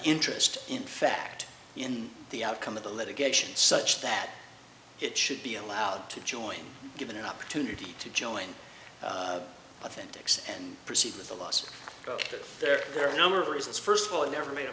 interest in fact in the outcome of the litigation such that it should be allowed to join given an opportunity to join i think texas and proceed with the loss of there are a number of reasons first of all i never made a